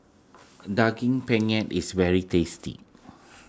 Daging Penyet is very tasty